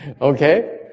Okay